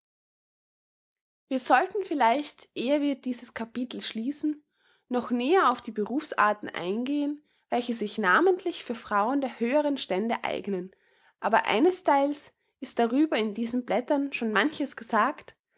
wir sollten vielleicht ehe wir dieses kapitel schließen noch näher auf die berufsarten eingehen welche sich namentlich für frauen der höheren stände eignen aber einestheils ist darüber in diesen blättern schon manches gesagt